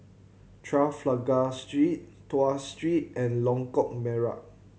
Trafalgar Street Tuas Street and Lengkok Merak